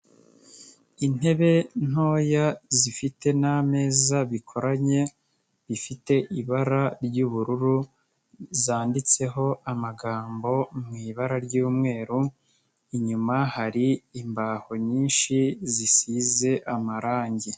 Intebe ntoya zifite n'ameza bikoranye, ifite ibara ry'ubururu zanditseho amagambo mu ibara ry'umweru, inyuma hari imbaho nyinshi zisize amarangi.